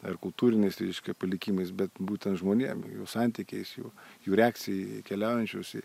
ar kultūriniais palikimais bet būtent žmonėm jų santykiais jų jų reakcija į keliaujančius